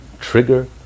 trigger